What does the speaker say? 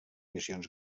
missions